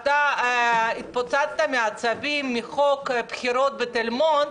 התפוצצת מעצבים מחוק הבחירות בתל מונד,